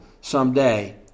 someday